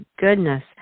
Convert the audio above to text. goodness